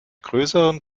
größeren